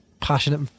passionate